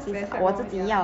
accept lor